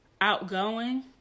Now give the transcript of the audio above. outgoing